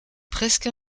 presque